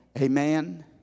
Amen